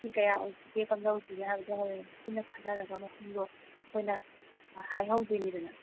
ꯁꯤ ꯀꯌꯥ ꯑꯣꯏꯁꯤꯒꯦ ꯀꯝꯗꯧꯁꯤꯒꯦ ꯍꯥꯏꯕꯗꯣ ꯍꯣꯔꯦꯟ ꯄꯨꯟꯅ ꯈꯟꯅꯔꯒ ꯃꯁꯤꯡꯗꯣ ꯑꯩꯈꯣꯏꯅ ꯍꯥꯏꯍꯧꯗꯣꯏꯅꯤꯗꯅ